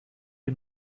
you